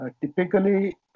Typically